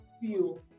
feel